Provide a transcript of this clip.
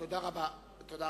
תודה רבה.